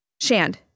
Shand